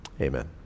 amen